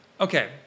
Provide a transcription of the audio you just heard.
Okay